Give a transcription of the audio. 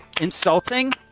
insulting